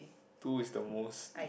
two is the most